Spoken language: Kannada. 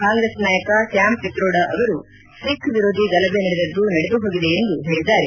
ಕಾಂಗ್ರೆಸ್ ನಾಯಕ ಸ್ನಾಮ್ ಪಿತ್ರೋಡ ಅವರು ಸಿಖ್ ವಿರೋಧಿ ಗಲಭೆ ನಡೆದದ್ದು ನಡೆದು ಹೋಗಿದೆ ಎಂದು ಹೇಳಿದ್ದಾರೆ